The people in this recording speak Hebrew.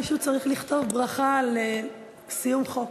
מישהו צריך לכתוב ברכה לסיום חוק.